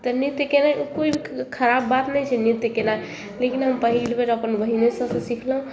तऽ नृत्य केनाइ कोइ खराब बात नहि छै नृत्य केनाइ लेकिन हम पहिल बेर हम अपन बहिने सभसँ सिखलहुॅं